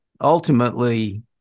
ultimately